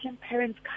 parents